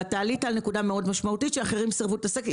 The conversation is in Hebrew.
אתה עלית על נקודה מאוד משמעותית שאחרים סירבו לעסוק בה.